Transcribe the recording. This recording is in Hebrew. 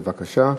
בבקשה.